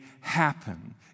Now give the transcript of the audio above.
happen